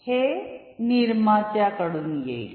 हे निर्मात्याकडून येईल